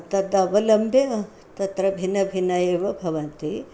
तद् अवलम्ब्य तत्र भिन्नभिन्नम् एव भवन्ति